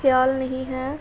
ਖਿਆਲ ਨਹੀਂ ਹੈ